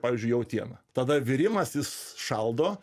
pavyzdžiui jautiena tada virimas jis šaldo